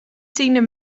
tiende